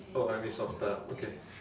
oh I softer ah okay